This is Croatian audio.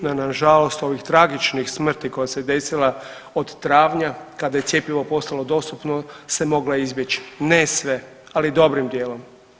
Na žalost ovih tragičnih smrti koja se desila od travnja kada je cjepivo postalo dostupno se mogla izbjeći ne sve, ali dobrim dijelom.